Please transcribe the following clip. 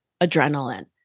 adrenaline